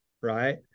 right